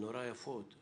"נורא יפות",